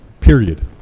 period